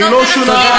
זה מה שעושים